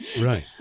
Right